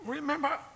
Remember